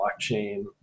blockchain